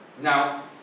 Now